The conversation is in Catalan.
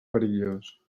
perillós